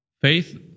faith